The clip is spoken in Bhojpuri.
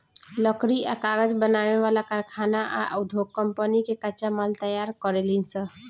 लकड़ी आ कागज बनावे वाला कारखाना आ उधोग कम्पनी कच्चा माल तैयार करेलीसन